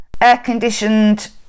air-conditioned